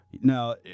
Now